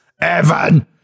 Evan